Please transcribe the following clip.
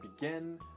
begin